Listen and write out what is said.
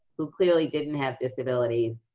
who clearly didn't have disabilities,